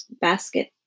basket